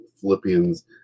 Philippians